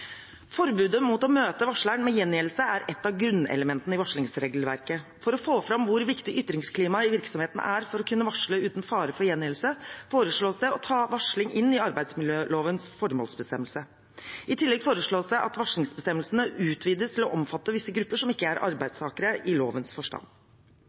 Forbudet mot å møte varsleren med gjengjeldelse er et av grunnelementene i varslingsregelverket. For å få fram hvor viktig ytringsklimaet i virksomheten er for å kunne varsle uten fare for gjengjeldelse, foreslås det å ta varsling inn i arbeidsmiljølovens formålsbestemmelse. I tillegg foreslås det at varslingsbestemmelsene utvides til å omfatte visse grupper som ikke er